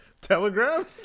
Telegram